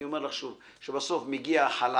אני אומר לך שוב: שבסוף מגיע החלש,